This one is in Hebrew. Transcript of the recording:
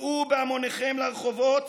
צאו בהמוניכם לרחובות,